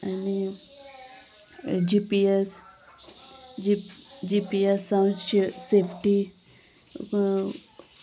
आनी G P S G G P S जावं safety